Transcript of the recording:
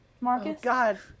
Marcus